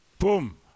Boom